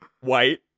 white